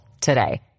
today